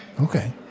Okay